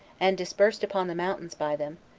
and dispersed upon the mountains by them,